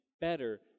better